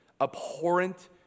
abhorrent